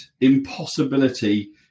impossibility